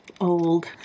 old